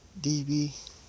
DB